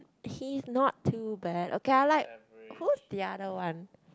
he is not too bad okay I like cool the other one